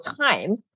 time